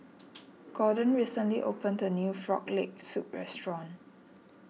Gordon recently opened a new Frog Leg Soup restaurant